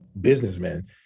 businessmen